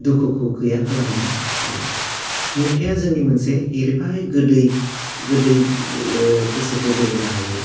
दुखुखौ गैया खालामनो हायो मेथाइआ जोंनि मोनसे एरबाय गोदै गोदै ओह गोसोखौ बोहोनो हायो